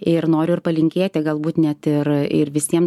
ir noriu ir palinkėti galbūt net ir ir visiem